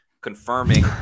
confirming